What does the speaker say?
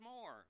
more